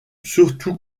surtout